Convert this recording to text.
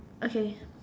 okay